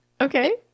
Okay